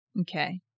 Okay